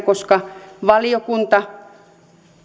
koska valiokunta